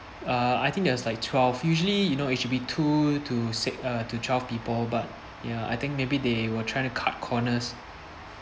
uh I think there's like twelve usually you know it should be two to six uh to twelve people but ya I think maybe they were trying to cut corners